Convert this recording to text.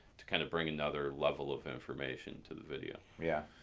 to kind of bring another level of information to the video. yeah.